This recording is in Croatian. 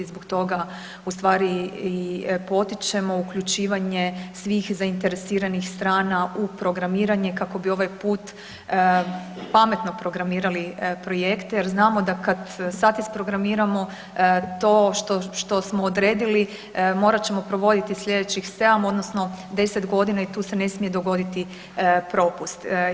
Zbog toga ustvari i potičemo uključivanje svih zainteresiranih strana u programiranje kako bi ovaj put pametno programirali projekte jer znamo da kad sad isprogramiramo, to što smo odredili, morat ćemo provoditi sljedećih 7, odnosno 10 godina i tu se ne smije dogoditi propust.